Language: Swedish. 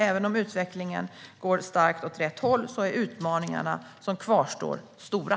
Även om utvecklingen går starkt åt rätt håll är utmaningarna som kvarstår stora.